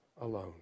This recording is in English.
alone